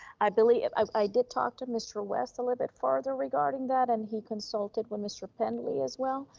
i believe, i did talk to mr. west a little bit farther regarding that. and he consulted with mr. penley as well.